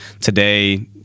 today